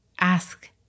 Ask